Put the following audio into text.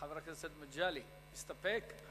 חבר הכנסת מגלי, מסתפק?